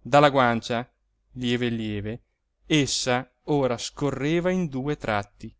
dalla guancia lieve lieve essa ora scorreva in due tratti